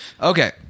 okay